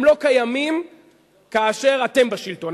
הם לא קיימים כאשר אתם בשלטון,